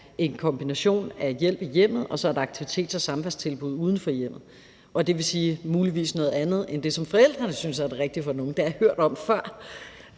en kombination af hjælp i hjemmet og så et aktivitets- og samværstilbud uden for hjemmet, dvs. muligvis noget andet end det, som forældrene synes er det rigtige for den unge. Det har jeg hørt om før,